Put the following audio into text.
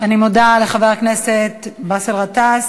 אני מודה לחבר הכנסת באסל גטאס,